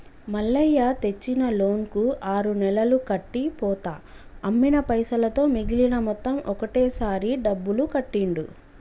మల్లయ్య తెచ్చిన లోన్ కు ఆరు నెలలు కట్టి పోతా అమ్మిన పైసలతో మిగిలిన మొత్తం ఒకటే సారి డబ్బులు కట్టిండు